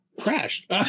crashed